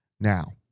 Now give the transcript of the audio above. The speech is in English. Now